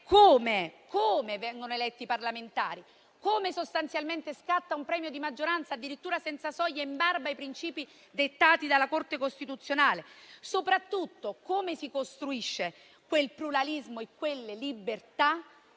come vengono eletti i parlamentari, come scatta un premio di maggioranza, addirittura senza soglia, in barba ai princìpi dettati dalla Corte costituzionale: soprattutto non dice come si costruiscono quel pluralismo e quelle libertà